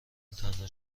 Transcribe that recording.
تنها